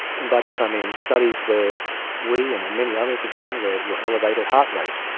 and by that i mean studies where we and and many others have done where your elevated heart rate,